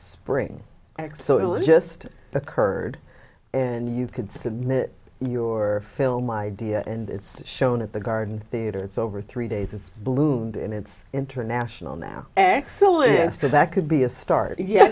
spring act so it just occurred and you could submit your film idea and it's shown at the garden theater it's over three days it's bloomed and it's international now excellent so that could be a start yeah